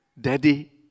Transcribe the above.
Daddy